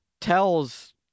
tells